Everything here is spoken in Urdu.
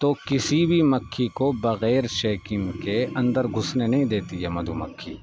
تو کسی بھی مکھی کو بغیر شیکم کے اندر گھسنے نہیں دیتی یہ مدھو مکھی